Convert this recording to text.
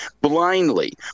blindly